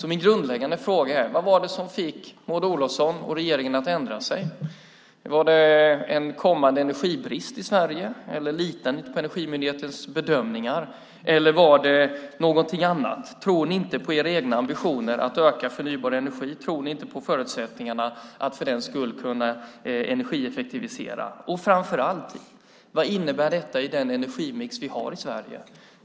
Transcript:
Min grundläggande fråga är: Vad var det som fick Maud Olofsson och regeringen att ändra sig? Var det en kommande energibrist i Sverige eller litade ni inte på Energimyndighetens bedömningar? Eller var det någonting annat? Tror ni inte på era egna ambitioner att öka förnybar energi? Tror ni inte på förutsättningarna att för den skull kunna energieffektivisera? Framför allt: Vad innebär detta i den energimix vi har i Sverige?